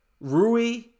Rui